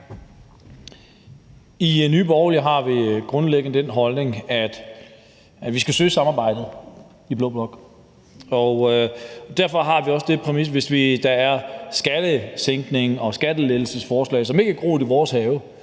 I Nye Borgerlige har vi grundlæggende den holdning, at vi skal søge samarbejdet i blå blok, og derfor har vi også den præmis, at hvis der er skattesænknings- og skattelettelsesforslag, som ikke er groet i vores have,